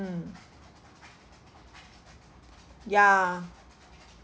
~(mm) ya